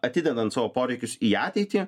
atidedant savo poreikius į ateitį